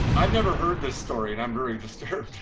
i've never heard this story and i'm very disturbed.